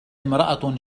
امرأة